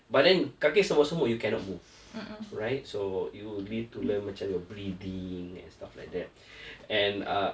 but then kaki semut semut you cannot move right so you need to learn macam your breathing and stuff like that